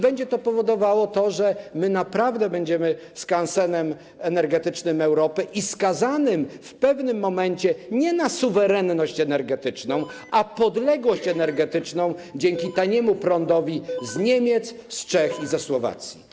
Będzie to powodowało, że my naprawdę będziemy skansenem energetycznym Europy i będziemy skazani w pewnym momencie nie na suwerenność energetyczną, ale na podległość energetyczną dzięki taniemu prądowi z Niemiec, z Czech i ze Słowacji.